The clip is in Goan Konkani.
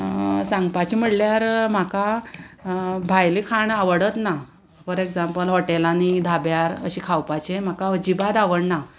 सांगपाचें म्हणल्यार म्हाका भायलें खाण आवडत ना फॉर एग्जांपल हॉटेलांनी धाब्यार अशें खावपाचें म्हाका अजिबात आवडना